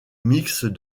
mixte